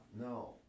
no